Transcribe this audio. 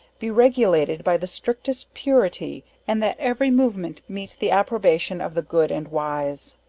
be regulated by the strictest purity, and that every movement meet the approbation of the good and wise.